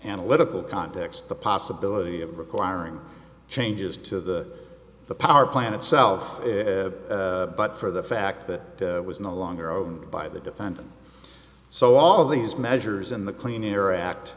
analytical context the possibility of requiring changes to the power plant itself but for the fact that it was no longer o by the defendant so all these measures in the clean air a